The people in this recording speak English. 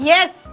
Yes